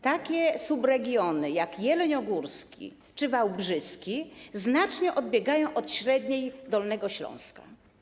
Takie subregiony jak jeleniogórski czy wałbrzyski znacznie odbiegają od średniej Dolnego Śląska.